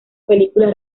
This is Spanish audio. películas